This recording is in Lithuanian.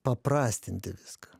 paprastinti viską